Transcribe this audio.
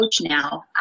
now